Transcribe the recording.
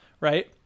right